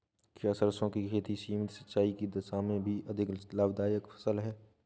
क्या सरसों की खेती सीमित सिंचाई की दशा में भी अधिक लाभदायक फसल है?